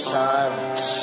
silence